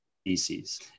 species